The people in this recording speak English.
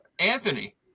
Anthony